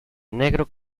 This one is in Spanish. negro